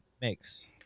makes